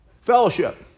fellowship